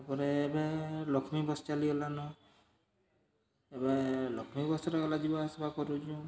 ତା'ପରେ ଏବେ ଲକ୍ଷ୍ମୀ ବସ୍ ଚାଲିଗଲାନ ଏବେ ଲକ୍ଷ୍ମୀ ବସ୍ରେ ଗଲା ଯିବା ଆସ୍ବା କରୁଚୁଁ